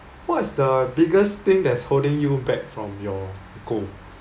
what is the biggest thing that's holding you back from your goal